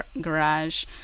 garage